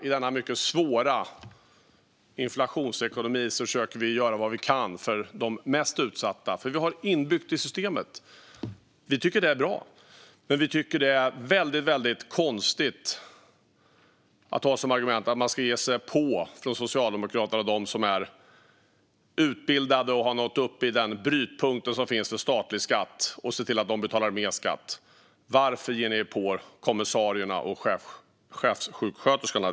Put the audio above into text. I denna mycket svåra inflationsekonomi försöker vi göra vad vi kan för de mest utsatta, för vi har det inbyggt i systemet. Vi tycker att det är bra. Men vi tycker att det är väldigt konstigt att, som Socialdemokraterna, ha som argument att man ska ge sig på dem som är utbildade och har nått upp till den brytpunkt som finns för statlig skatt. Man vill alltså se till att de betalar mer skatt. Varför ger ni er på kommissarierna och chefssjuksköterskorna?